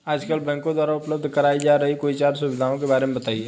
आजकल बैंकों द्वारा उपलब्ध कराई जा रही कोई चार सुविधाओं के बारे में बताइए?